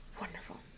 wonderful